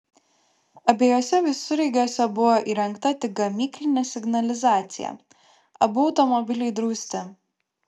abiejuose visureigiuose buvo įrengta tik gamyklinė signalizacija abu automobiliai drausti